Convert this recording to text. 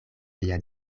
via